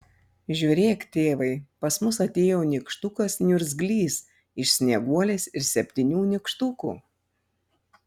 žiūrėk tėvai pas mus atėjo nykštukas niurzglys iš snieguolės ir septynių nykštukų